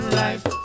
life